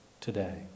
today